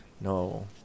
No